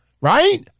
right